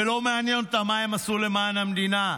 ולא מעניין אותה מה הם עשו למען המדינה,